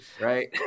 right